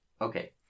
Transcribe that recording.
okay